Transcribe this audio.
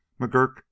McGurk